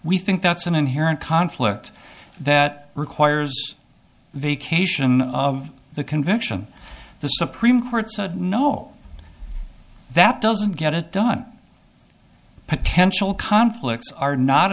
we think that's an inherent conflict that requires vacation of the convention the supreme court said no that doesn't get it done potential conflicts are not